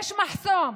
יש מחסום.